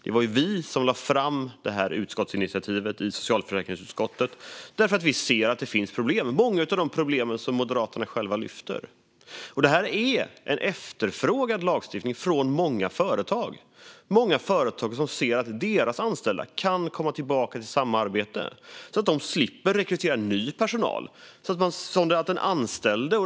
Det var vi som lade fram detta utskottsinitiativ i socialförsäkringsutskottet därför att vi ser att det finns problem; Moderaterna lyfter själva många av dem. Det här är lagstiftning som efterfrågas av många företag, som ser att den anställde och sjuke kan komma tillbaka till samma arbete som tidigare och att de slipper rekrytera ny personal.